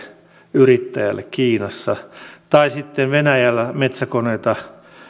yrittäjälle kiinassa tai sitten venäjällä metsäkoneita